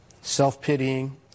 self-pitying